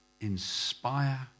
inspire